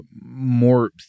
more